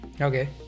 okay